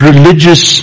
religious